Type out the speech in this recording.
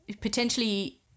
potentially